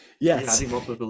Yes